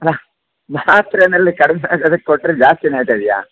ಹಾಂ ಮಾತ್ರೆನಲ್ಲಿ ಕಡಿಮೆಯಾಗೋದಕ್ಕೆ ಕೊಟ್ರೆ ಜಾಸ್ತಿ ನೋಯ್ತಿದೆಯಾ